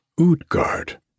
Utgard